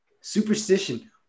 superstition